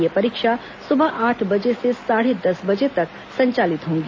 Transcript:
यह परीक्षा सुबह आठ बजे से साढ़े दस बजे तक संचालित होगी